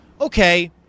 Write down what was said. okay